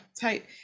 type